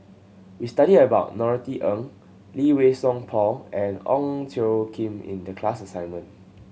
we studied about Norothy Ng Lee Wei Song Paul and Ong Tjoe Kim in the class assignment